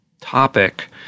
topic